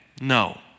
No